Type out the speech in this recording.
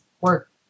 work